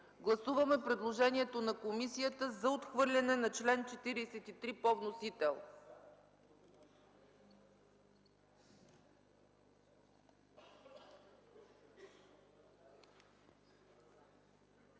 Гласуваме първо предложението на комисията за отхвърляне на чл. 43, по вносител.